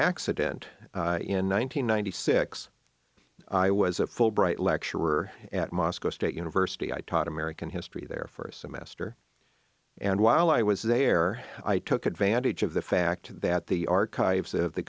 accident in one thousand nine hundred six i was a fulbright lecturer at moscow state university i taught american history there for a semester and while i was there i took advantage of the fact that the archives of the